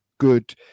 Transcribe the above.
good